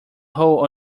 hole